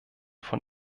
von